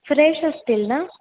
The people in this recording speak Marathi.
फ्रेश असतील ना